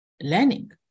learning